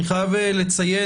אני חייב לציין,